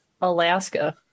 alaska